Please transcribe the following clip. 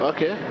Okay